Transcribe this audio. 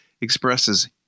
expresses